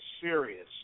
serious